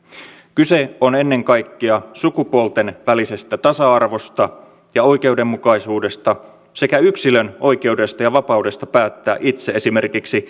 kyse on ennen kaikkea sukupuolten välisestä tasa arvosta ja oikeudenmukaisuudesta sekä yksilön oikeudesta ja vapaudesta päättää itse esimerkiksi